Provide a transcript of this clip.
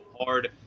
hard